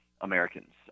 Americans